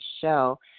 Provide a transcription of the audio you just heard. show